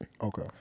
Okay